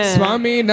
Swami